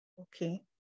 Okay